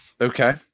okay